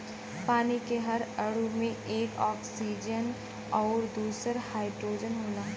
पानी के हर अणु में एक ऑक्सीजन आउर दूसर हाईड्रोजन होला